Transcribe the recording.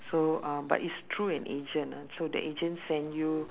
so um but it's through an agent so the agent send you